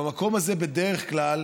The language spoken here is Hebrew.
במקום הזה, בדרך כלל,